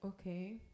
Okay